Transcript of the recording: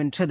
வென்றது